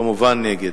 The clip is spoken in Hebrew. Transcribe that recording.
כמובן נגד.